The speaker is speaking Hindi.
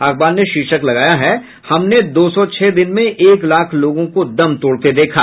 अखबार ने शीर्षक लगाया है हमने दो सौ छह दिन में एक लाख लोगों को दम तोड़ते देखा